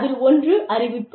அதில் ஒன்று அறிவிப்பு